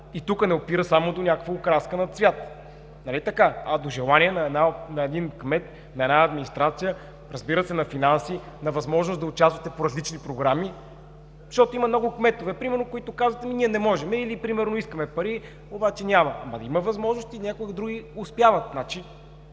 И тука не опира само до някаква окраска на цвят, нали така, а до желание на един кмет, администрация, разбира се, на финанси, на възможност да участвате по различни програми, защото има много кметове, примерно, които казват: „ние не можем“ или „искаме пари, обаче няма“. Има възможности, някои други успяват,